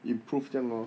improve 这样 lor